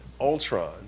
Ultron